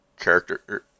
character